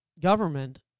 government